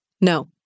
No